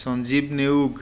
Sanjeev Neog